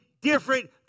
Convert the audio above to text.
different